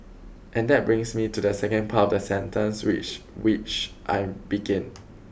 and that brings me to the second part of the sentence which which I begin